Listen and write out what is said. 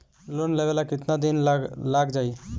Loan लेबे ला कितना दिन लाग जाई?